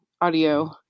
audio